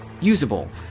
usable